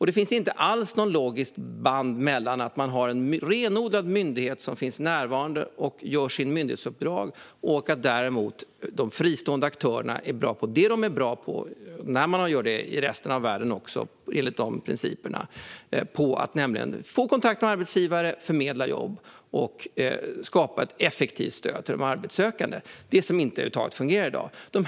Det finns inte alls något logiskt band mellan att ha en renodlad myndighet som är närvarande och gör sitt myndighetsuppdrag och att göra det som de fristående är bra på när de gör det i resten av världen enligt principen att ha kontakt med arbetsgivare, förmedla jobb och skapa ett effektivt stöd till de arbetssökande - alltså det som i dag inte fungerar över huvud taget.